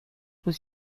was